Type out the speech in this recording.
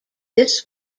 this